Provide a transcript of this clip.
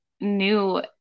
new